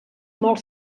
molt